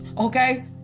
Okay